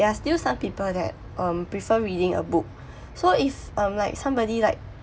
there are still some people that um prefer reading a book so if um like somebody like